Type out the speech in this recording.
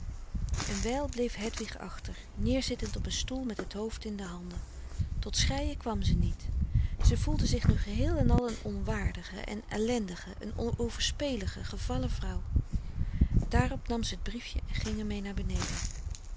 een wijl bleef hedwig achter neer zittend op een stoel met t hoofd in de handen tot schreien kwam ze niet ze voelde zich nu geheel en al een onwaardige en ellendige een overspelige gevallen vrouw daarop nam ze t briefje en ging er mee naar beneden